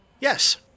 Yes